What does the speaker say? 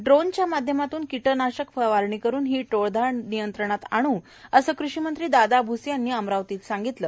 ड्रोनच्या माध्यमातून किटकनाशक फवारणी करुन ही टोळधाड नियंत्रणात आणू असं कृषीमंत्री दादा भूसे यांनी अमरावती इथं सांगितलं